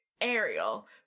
Ariel